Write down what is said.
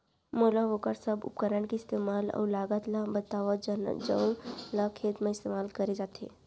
मोला वोकर सब उपकरण के इस्तेमाल अऊ लागत ल बतावव जउन ल खेत म इस्तेमाल करे जाथे?